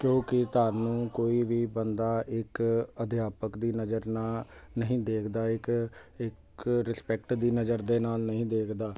ਕਿਉਂਕਿ ਤੁਹਾਨੂੰ ਕੋਈ ਵੀ ਬੰਦਾ ਇੱਕ ਅਧਿਆਪਕ ਦੀ ਨਜ਼ਰ ਨਾਲ ਨਹੀਂ ਦੇਖਦਾ ਇੱਕ ਇੱਕ ਰਿਸਪੈਕਟ ਦੀ ਨਜ਼ਰ ਦੇ ਨਾਲ ਨਹੀਂ ਦੇਖਦਾ